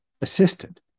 assisted